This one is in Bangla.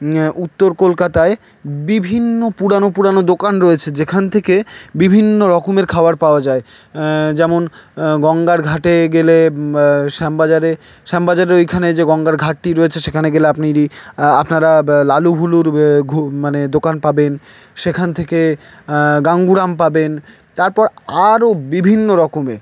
উত্তর কলকাতায় বিভিন্ন পুরনো পুরনো দোকান রয়েছে যেখান থেকে বিভিন্ন রকমের খাবার পাওয়া যায় যেমন গঙ্গার ঘাটে গেলে শ্যামবাজারে শ্যামবাজারে ওইখানে যে গঙ্গার ঘাটটি রয়েছে সেখানে গেলে আপনি আপনারা লালু হুলুর ঘু মানে দোকান পাবেন সেখান থেকে গাঙ্গুরাম পাবেন তারপর আরও বিভিন্ন রকমের